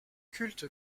culte